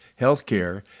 healthcare